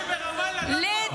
תדברי ברמאללה, לא פה.